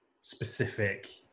specific